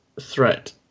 threat